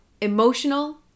emotional